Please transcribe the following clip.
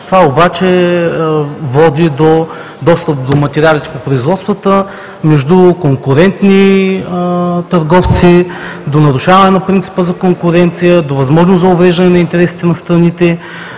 Това обаче води до достъп до материалите по производствата между конкурентни търговци и до нарушаване на принципа за конкуренция, до възможност за увреждане на интересите на страните.